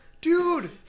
Dude